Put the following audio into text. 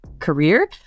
career